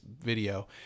video